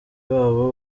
babo